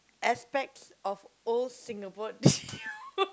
aspects of old Singapore